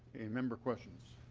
member questions?